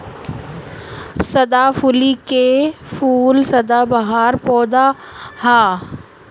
सदाफुली के फूल सदाबहार पौधा ह